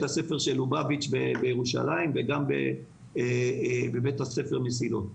הספר של לובביץ' בירושלים וגם בבית הספר מסילות.